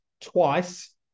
twice